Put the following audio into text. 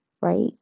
right